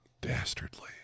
dastardly